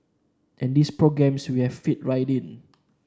and these programmes we have fit right in